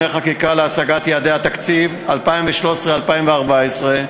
חקיקה להשגת יעדי התקציב לשנים 2013 ו-2014),